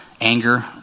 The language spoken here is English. anger